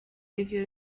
ivyo